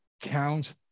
count